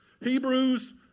Hebrews